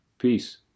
peace